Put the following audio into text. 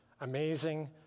amazing